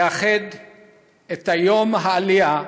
לייחד את יום העלייה